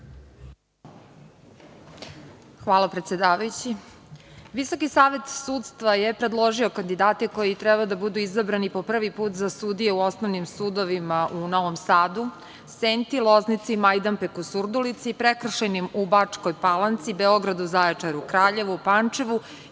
Hvala predsedavajući. Visoki savet sudstva je predložio kandidate koji treba da budu izabrani po prvi put za sudije u osnovnim sudovima u Novom Sadu, Senti, Loznici, Majdanpeku, Surdulici, prekršajnim u Bačkoj Palanci, Beogradu, Zaječaru, Kraljevu, Pančevu